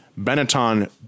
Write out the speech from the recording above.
Benetton